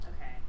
Okay